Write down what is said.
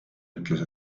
ütles